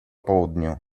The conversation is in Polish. południu